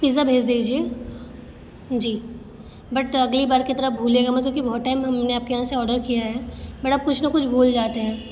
pizza भेज दीजिए जी बट अगली बार की तरह भूलेंगे नहीं मतलब कि बहुत टाइम हम ने आप के यहाँ से ऑर्डर किया है पर आप कुछ ना कुछ भूल जाते हैं